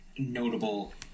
Notable